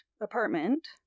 apartment